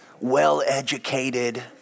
well-educated